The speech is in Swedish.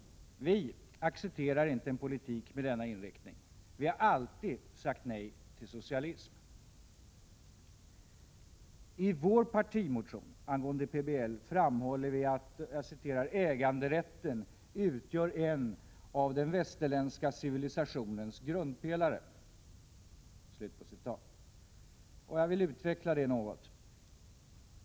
Vi accepterar inte en politik med denna inriktning. Vi har alltid sagt nej till socialism. I vår partimotion angående PBL framhåller vi att ”äganderätten utgör en av den västerländska civilisationens grundpelare”. Jag vill utveckla detta något.